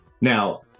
Now